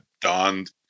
donned